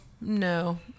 no